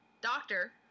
doctor